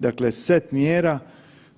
Dakle, set mjera